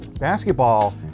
Basketball